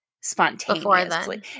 spontaneously